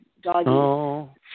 doggy